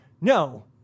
no